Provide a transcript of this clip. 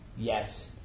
Yes